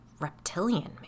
reptilian